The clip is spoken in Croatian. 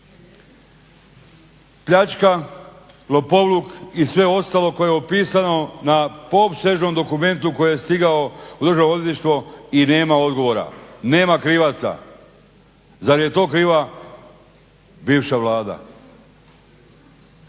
pljačka, lopovluk i sve ostalo koje je opisano na opsežnom dokumentu koji je stigao u Državno odvjetništvo i nema odgovora, nema krivaca. Zar je to kriva bivša Vlada?